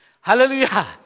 Hallelujah